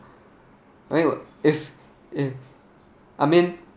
I would if I mean